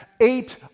eight